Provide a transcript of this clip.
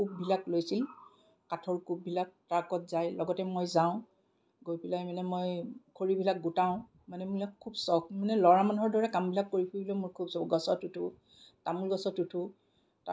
কুপবিলাক লৈছিল কাঠৰ কুপবিলাক ট্ৰাকত যায় লগতে মই যাওঁ গৈ পেলাই মানে মই খৰিবিলাক গোটাওঁ মানে মোৰ সেইবিলাক খুব চখ মানে ল'ৰা মানুহৰ দৰে কামবিলাক কৰি ফুৰিবলৈ মোৰ খুব চখ গছত উঠোঁ তামোল গছত উঠোঁ তাৰপিছত